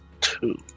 two